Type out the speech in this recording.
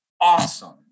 awesome